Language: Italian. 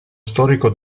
storico